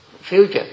future